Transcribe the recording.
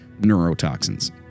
neurotoxins